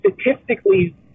statistically